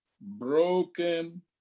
broken